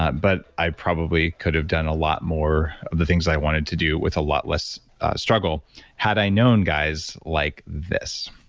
but i probably could have done a lot more of the things i wanted to do with a lot less struggle had i known guys like this.